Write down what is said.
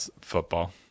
football